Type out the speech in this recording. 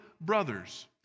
brothers